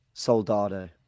Soldado